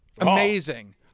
Amazing